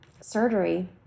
surgery